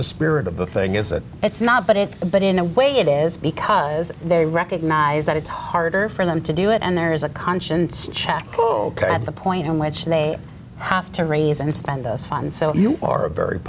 the spirit of the thing is that it's not but it but in a way it is because they recognize that it's harder for them to do it and there is a conscience check at the point on which they have to raise and spend those funds so you are a very